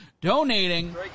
donating